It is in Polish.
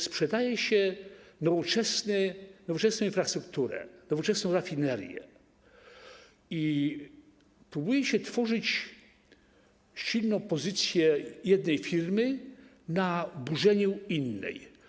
Sprzedaje się także nowoczesną infrastrukturę, nowoczesną rafinerię i próbuje się tworzyć silną pozycję jednej firmy na burzeniu innej.